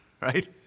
right